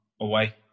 away